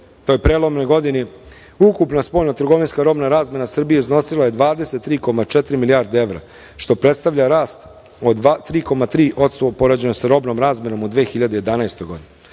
toj prelomnoj godini, ukupna spoljna trgovinska robna razmena Srbije iznosila je 23,4 milijarde evra, što predstavlja rast od 3,3% u poređenju sa robnom razmenom u 2011. godini. Izvoz